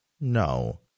no